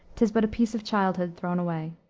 tis but a piece of childhood thrown away.